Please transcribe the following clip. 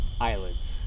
eyelids